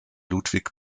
ludwig